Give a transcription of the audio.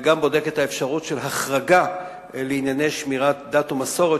וגם בודקים את האפשרות של החרגה לענייני שמירת דת ומסורת,